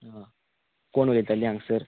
आं कोण उलयताली हांगसर